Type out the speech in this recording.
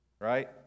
right